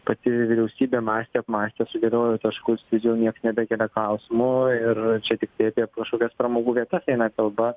pati vyriausybė mąstė apmąstė sudėliojo taškus ir jau nieks nebekelia klausimų ir čia tiktai apie kažkokias pramogų vietas eina kalba